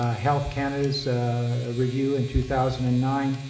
ah health canada's review in two thousand and nine.